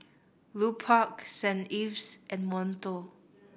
Lupark Saint Ives and Monto